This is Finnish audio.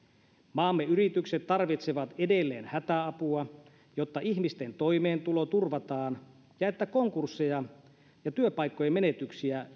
maamme yritykset tarvitsevat edelleen hätäapua jotta ihmisten toimeentulo turvataan ja jotta konkursseja ja työpaikkojen menetyksiä